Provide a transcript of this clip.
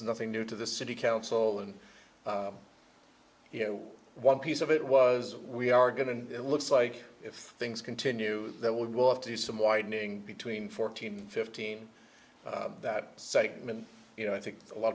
is nothing new to the city council and you know one piece of it was we are going and it looks like if things continue that we will have to do some widening between fourteen fifteen that segment you know i think a lot